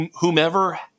whomever